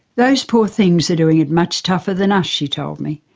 those poor things are doing it much tougher than us, she told me,